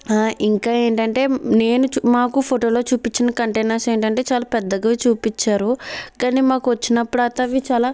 ఆ ఇంకా ఏంటంటే నేను మాకు ఫోటోలో చూపిచ్చిన కంటైనర్స్ ఏంటంటే చాలా పెద్దగా చూపించారు కానీ మాకు వచ్చినపుడు అవి చాలా